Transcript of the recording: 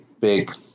big